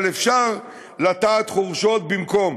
אבל אפשר לטעת חורשות במקום,